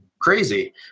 crazy